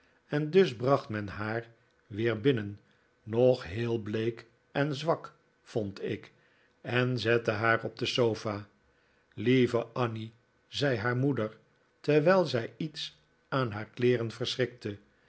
en dus bracht men haar weer binnen nog heel bleek en zwak vond ik en zette haar op de sofa lieve annie zei haar moeder terwijl zij iets aan haar kleeren